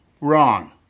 Wrong